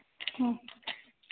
ꯑꯥ